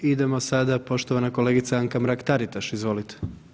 Idemo sada poštovan kolegica Anka Mrak Taritaš, izvolite.